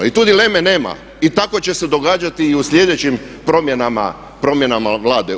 I tu dileme nema i tako će se događati i u slijedećim promjenama Vlade.